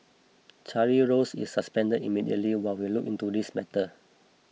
Charlie Rose is suspended immediately while we look into this matter